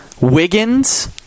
Wiggins